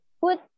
put